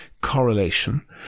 correlation